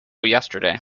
yesterday